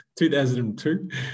2002